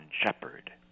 shepherd